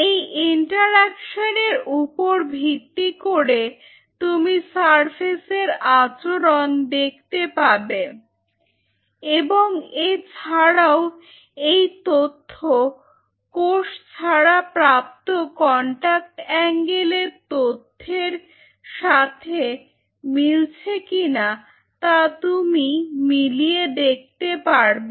এই ইন্টারঅ্যাকশান এর উপর ভিত্তি করে তুমি সারফেসের আচরণ দেখতে পাবে এবং এছাড়াও এই তথ্য কোষ ছাড়া প্রাপ্ত কন্টাক্ট অ্যাঙ্গেল এর তথ্যের সাথে মিলছে কিনা তা তুমি মিলিয়ে দেখতে পারবে